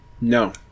No